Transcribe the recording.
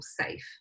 safe